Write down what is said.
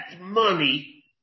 money